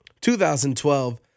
2012